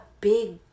big